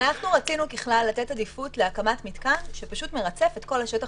רצינו ככלל לתת עדיפות להקמת מתקן שפשוט מרצף את כל השטח